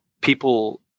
people